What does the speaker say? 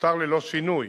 נותר ללא שינוי,